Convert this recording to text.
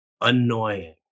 annoying